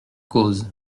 cause